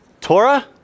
Torah